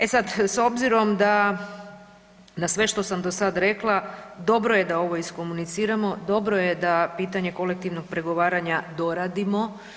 E sad, s obzirom da na sve što sam sad rekla dobro je da ovo iskomuniciramo, dobro je da pitanje kolektivnog pregovaranja doradimo.